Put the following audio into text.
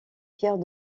pierres